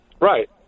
Right